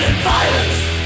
Violence